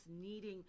needing